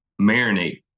marinate